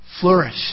flourish